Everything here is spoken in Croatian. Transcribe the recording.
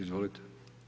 Izvolite.